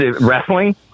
Wrestling